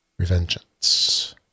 Revengeance